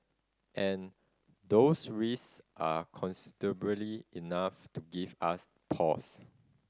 and those risks are considerably enough to give us pause